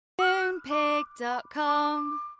Moonpig.com